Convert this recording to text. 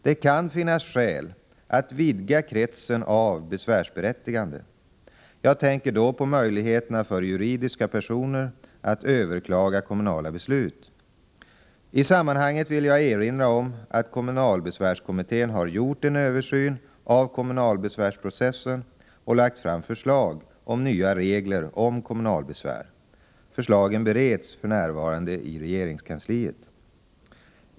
Det kan finnas skäl att vidga kretsen av besvärsberättigade. Jag tänker då på möjligheterna för juridiska personer att överklaga kommunala beslut. I sammanhanget vill jag erinra om att kommunalbesvärskommittén har gjort en översyn av kommunalbesvärsprocessen och lagt fram förslag om nya regler om kommunalbesvär. Förslagen bereds för närvarande i regeringskansliet.